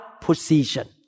position